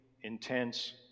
intense